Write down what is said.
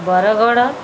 Bargarh